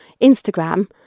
Instagram